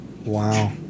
Wow